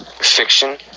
fiction